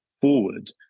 forward